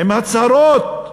עם הצהרות,